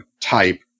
type